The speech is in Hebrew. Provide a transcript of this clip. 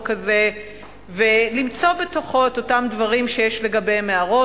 הזה ולמצוא בתוכו את אותם דברים שיש לגביהם הערות.